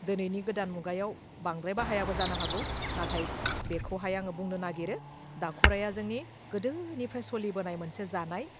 दोनैनि गोदान मुगायाव बांद्राय बाहायाबो जानो हागौ नाथाय बेखौहाय आङो बुंनो नागिरो दाखुराइया जोंनि गोदोनिफ्राय सलिबोनाय मोनसे जानाय